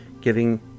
giving